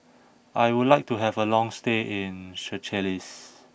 I would like to have a long stay in Seychelles